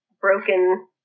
broken